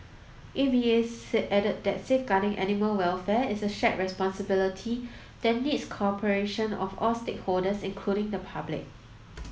A V A say added that safeguarding animal welfare is a shared responsibility that needs the cooperation of all stakeholders including the public